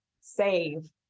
save